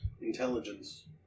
intelligence